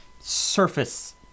surface